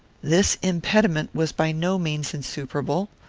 this impediment was by no means insuperable.